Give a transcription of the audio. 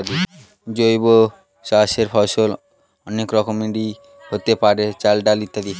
জৈব চাষের ফসল অনেক রকমেরই হতে পারে, চাল, ডাল ইত্যাদি